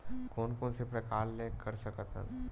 कोन कोन से प्रकार ले कर सकत हन?